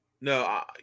No